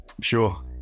sure